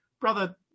brother